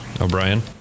O'Brien